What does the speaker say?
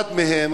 שאחד מהם,